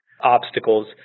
obstacles